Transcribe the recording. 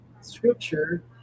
scripture